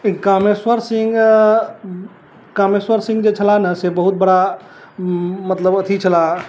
कामेश्वर सिंह कामेश्वर सिंह जे छलाह ने से बहुत बड़ा मतलब अथी छलाह